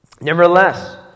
Nevertheless